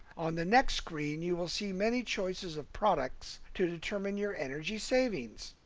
on the next screen, you will see many choices of products to determine your energy savings.